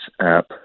app